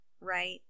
Right